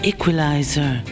Equalizer